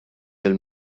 lill